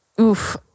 Oof